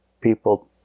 people